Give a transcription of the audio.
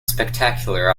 spectacular